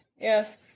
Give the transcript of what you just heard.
Yes